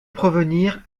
provenir